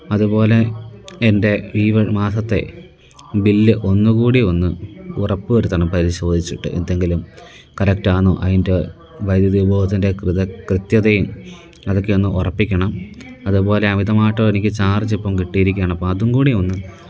അതുപോലെ എന്റെ ഈ വ മാസത്തെ ബില്ല് ഒന്നു കൂടിയൊന്ന് ഉറപ്പ് വരുത്തണം പരിശോധിച്ചിട്ട് എന്തെങ്കിലും കറക്റ്റാന്നൊ അതിന്റെ വൈദ്യുതി ഉപഭോഗത്തിന്റെ കൃത കൃത്യതയും അതൊക്കെയൊന്ന് ഉറപ്പിക്കണം അതുപോലെ അമിതമായിട്ടോ എനിക്ക് ചാര്ജിപ്പോള് കിട്ടിയിരിക്കുവാണ് അപ്പോള് അതും കൂടിയൊന്ന്